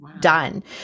done